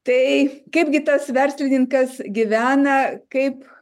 tai kaipgi tas verslininkas gyvena kaip